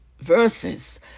verses